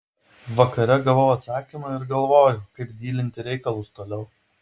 vakare gavau atsakymą ir galvoju kaip dylinti reikalus toliau